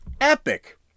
epic